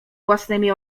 własnymi